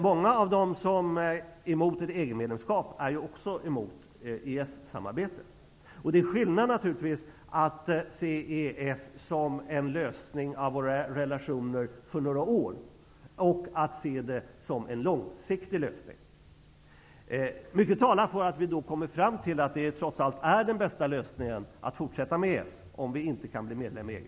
Många av dem som är emot ett EG-medlemskap är också emot ett EES-samarbete. Det är naturligtvis skillnad att se EES-samarbetet som en lösning för våra relationer för några år och att se det som en långsiktig lösning. Mycket talar för att vi då kommer fram till att det trots allt är den bästa lösningen med ett forsatt EES-samarbete om Sverige inte kan bli medlem i EG.